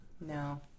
no